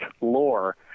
lore